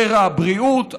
וממשבר הבריאות,